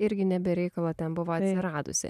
irgi ne be reikalo ten buvo radusi